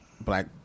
black